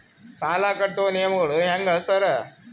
ಸಾಲ ಕಟ್ಟುವ ನಿಯಮಗಳು ಹ್ಯಾಂಗ್ ಸಾರ್?